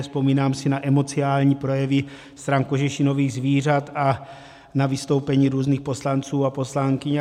Vzpomínám si na emocionální projevy stran kožešinových zvířat a na vystoupení různých poslanců a poslankyň.